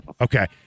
Okay